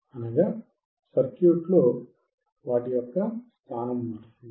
అనగా సర్క్యూట్లో వాటి స్థానం మారుతుంది